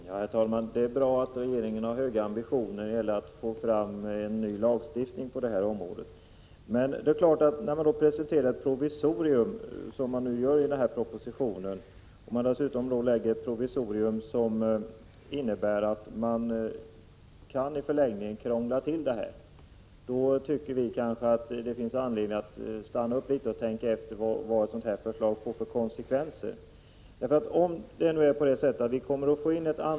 10 december 1986 : Herr talman! Det är bra att regeringen har höga ambitioner när det gäller mr AR oh ättfå fram en ny lagstiftning på detta område. Men när man presenterar ett provisorium, som man gör i den här propositionen, ett provisorium som i förlängningen kan krångla till det hela, då tycker vi att det finns anledning att stanna upp litet och tänka efter vilka konsekvenser förslaget får.